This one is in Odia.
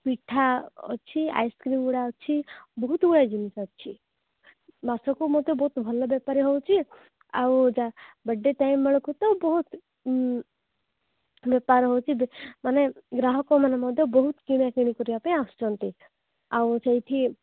ପିଠା ଅଛି ଆଇସ୍କ୍ରିମଗୁଡ଼ା ଅଛି ବହୁତ ଗୁଡ଼ାଏ ଜିନିଷ ଅଛି ମାସକୁ ମଧ୍ୟ ବହୁତ ଭଲ ବେପାର ହେଉଛି ଆଉ ବାର୍ଥ୍ ଡେ ଟାଇମ୍ ବେଳକୁ ତ ବହୁତ ବେପାର ହେଉଛି ମାନେ ଗ୍ରାହକ ମାନେ ମଧ୍ୟ ବହୁତ କିଣାକିଣି କରିବା ପାଇଁ ଆସୁଛନ୍ତି ଆଉ ସେଇଠି